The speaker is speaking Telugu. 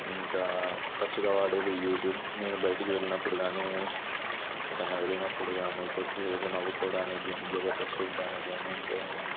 ఇంకా తరచుగా వాడేది యూట్యూబ్ నేను బయటికి వెళ్ళినప్పుడు గానీ ఎటన్నా వెళ్ళినప్పుడు గానీ కొద్ది సేపు నవ్వుకోడానికి గానీ జబర్దస్త్ చూడడానికి గానీ ఇంకా ఏమన్నా